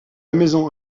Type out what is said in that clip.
maison